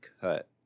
cut